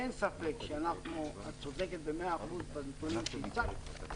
אין ספק ואת צודקת במאה אחוז בנתונים שהצגת,